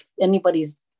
anybody's